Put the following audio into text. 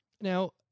Now